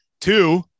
Two